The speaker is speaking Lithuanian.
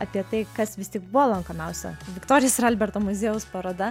apie tai kas vis tik buvo lankomiausia viktorijos ir alberto muziejaus paroda